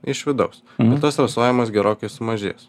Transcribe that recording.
iš vidaus ir tas rasojimas gerokai sumažės